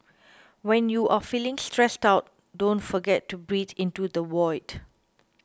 when you are feeling stressed out don't forget to breathe into the void